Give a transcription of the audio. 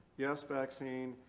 yes, vaccine.